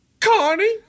Connie